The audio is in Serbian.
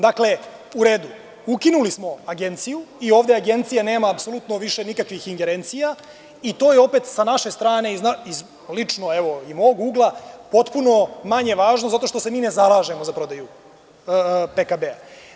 Dakle, u redu, ukinuli smo agenciju i ovde agencija nema apsolutno višenikakvih ingerencija i to je opet sa naše strane, lično i iz mog ugla, potpuno manje važno zato što se mi ne zalažemo za prodaju PKB.